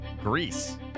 Greece